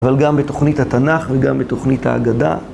אבל גם בתוכנית התנ״ך וגם בתוכנית ההגדה.